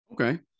Okay